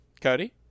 Cody